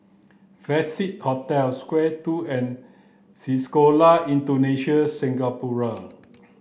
Festive Hotel Square two and Sekolah Indonesia Singapura